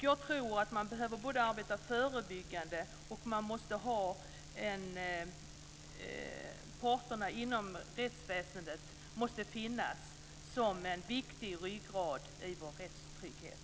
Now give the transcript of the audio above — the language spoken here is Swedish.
Jag tror att man behöver arbeta förebyggande och att parterna inom rättsväsendet måste finnas som en viktig ryggrad i vår rättstrygghet.